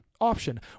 option